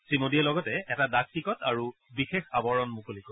শ্ৰীমোদীয়ে লগতে এটা ডাক টিকট আৰু বিশেষ আৱৰণ মুকলি কৰিব